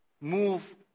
move